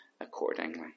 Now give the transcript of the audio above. accordingly